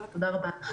תודה רבה.